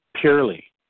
purely